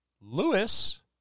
Lewis